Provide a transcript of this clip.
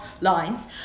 lines